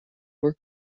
work